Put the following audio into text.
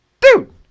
dude